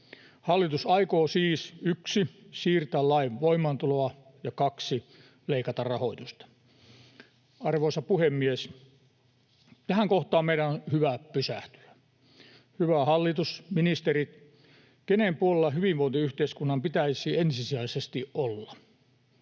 Hallitus aikoo siis 1) siirtää lain voimaantuloa ja 2) leikata rahoitusta. Arvoisa puhemies! Tähän kohtaan meidän on hyvä pysähtyä. Hyvä hallitus, ministeri, kenen puolella hyvinvointiyhteiskunnan pitäisi ensisijaisesti olla?